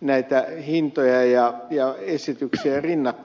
näitä hintoja ja esityksiä rinnakkain